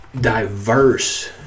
diverse